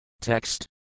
Text